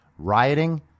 rioting